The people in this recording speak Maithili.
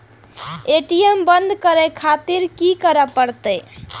ए.टी.एम बंद करें खातिर की करें परतें?